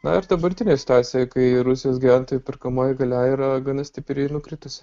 na ir dabartinėje situacijoje kai rusijos gyventojų perkamoji galia yra gana stipriai nukritusi